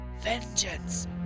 Vengeance